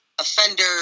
offender